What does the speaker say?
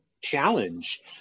challenge